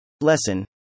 Lesson